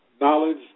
knowledge